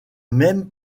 même